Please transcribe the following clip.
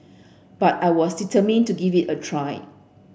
but I was determined to give it a try